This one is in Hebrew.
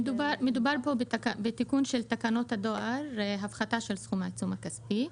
מדובר בתיקון של תקנות הדואר (הפחתה של סכום העיצום הכספי).